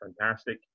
fantastic